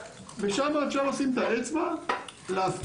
ושם אפשר לשים את האצבע ולהפעיל את זה.